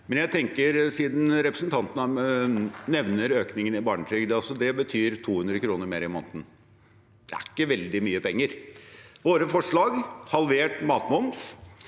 med det. Men siden representanten nevner økningen i barnetrygd: Det betyr 200 kr mer i måneden. Det er ikke veldig mye penger. Våre forslag, halvert matmoms